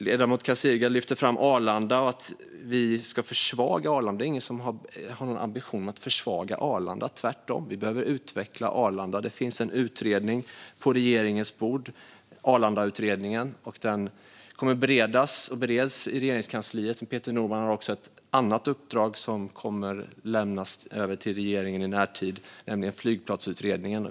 Ledamoten Kasirga lyfte fram Arlanda och sa att vi ska försvaga Arlanda. Det är ingen som har någon ambition att försvaga Arlanda, tvärtom. Vi behöver utveckla Arlanda. Det finns en utredning på regeringens bord, Arlandautredningen. Den bereds i Regeringskansliet. Peter Norman har också ett annat uppdrag som kommer att lämnas över till regeringen i närtid, nämligen flygplatsutredningen.